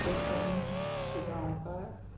वेतन शिगांवकर